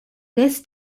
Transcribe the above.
this